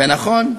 ונכון,